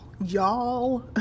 y'all